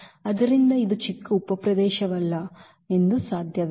ಆದ್ದರಿಂದ ಇದು ಚಿಕ್ಕ ಉಪಪ್ರದೇಶವಲ್ಲ ಎಂದು ಸಾಧ್ಯವಿಲ್ಲ